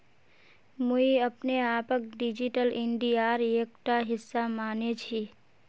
मुई अपने आपक डिजिटल इंडियार एकटा हिस्सा माने छि